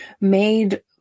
made